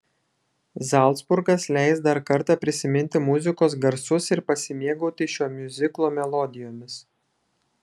zalcburgas leis dar kartą prisiminti muzikos garsus ir pasimėgauti šio miuziklo melodijomis